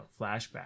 flashback